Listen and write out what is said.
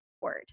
word